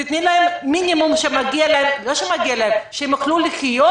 תני מינימום שמגיע להם לא שמגיע להם שהם יוכלו לחיות,